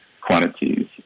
quantities